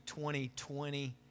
2020